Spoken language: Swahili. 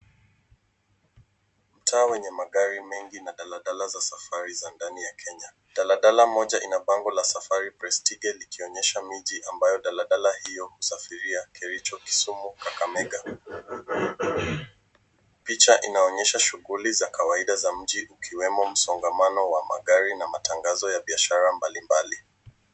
Mtaa wenye magari mengi na daladala za safari za ndani ya Kenya. Daladala moja ina bango la safari, Prestige, likionyesha miji ambayo daladala hio husafiria, Kericho, Kisumu, Kakamega. Picha inaonyesha shughuli za kawaida za mji, ukiwemo msongamano wa magari na matangazo ya biashara mbali mbali.